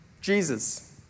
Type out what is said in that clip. Jesus